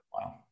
Wow